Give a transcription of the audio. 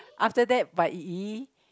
after that but yi-yi